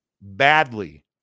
badly